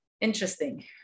interesting